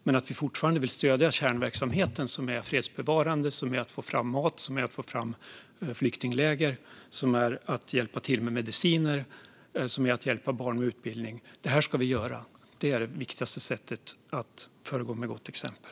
Men vi vill fortfarande stödja kärnverksamheten - fredsbevarande, att få fram mat, att få fram flyktingläger, att hjälpa till med mediciner och att hjälpa barn med utbildning. Det ska vi göra. Det är det viktigaste sättet att föregå med gott exempel.